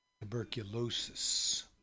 Tuberculosis